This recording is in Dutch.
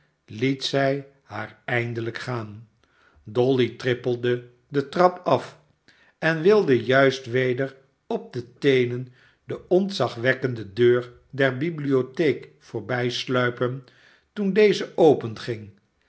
liet zij haar eindelijk gaan dolly trippelde de trap af en wilde juist weder op de teenen de ontzagwekkende deur der bibliotheek voorbijsluipen toen deze openging